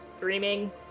dreaming